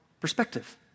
perspective